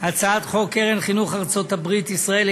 הצעת חוק קרן חינוך ארצות הברית ישראל,